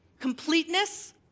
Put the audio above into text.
Completeness